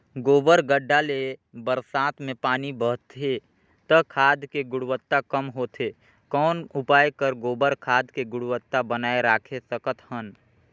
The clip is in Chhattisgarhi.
गोबर गढ्ढा ले बरसात मे पानी बहथे त खाद के गुणवत्ता कम होथे कौन उपाय कर गोबर खाद के गुणवत्ता बनाय राखे सकत हन?